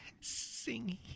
singing